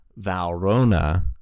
valrona